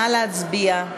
נא להצביע.